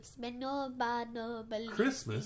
Christmas